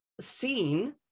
seen